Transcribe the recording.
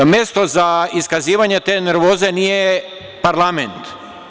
Mesto za iskazivanje te nervoze nije parlament.